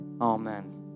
Amen